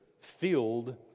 filled